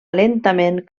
lentament